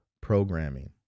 programming